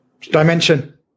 dimension